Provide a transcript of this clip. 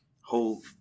whole